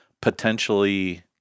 potentially